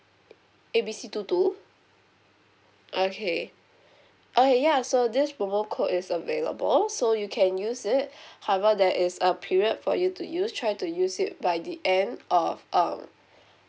A B C two two okay oh ya so this promo code is available so you can use it however there is a period for you to use try to use it by the end of um